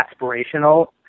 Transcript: aspirational